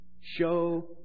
show